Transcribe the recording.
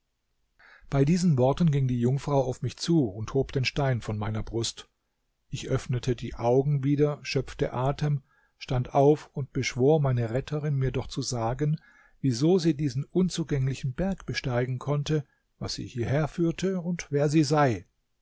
bei diesen worten ging die jungfrau auf mich zu und hob den stein von meiner brust ich öffnete die augen wieder schöpfte atem stand auf und beschwor meine retterin mir doch zu sagen wieso sie diesen unzugänglichen berg besteigen konnte was sie hierherführte und wer sie sei